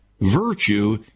virtue